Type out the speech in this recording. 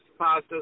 Pastor's